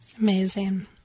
Amazing